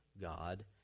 God